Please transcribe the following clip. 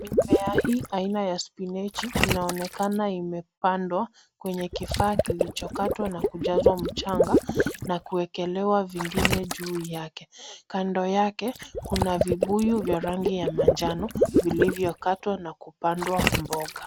Mimea hii aina ya spinachi inaonekana imepandwa kwenye kifaa kilichokatwa na kujazwa mchanga na kuekelewa vingine juu yake. Kando yake kuna vibuyu vya rangi ya manjano vilivyokatwa na kupandwa mboga.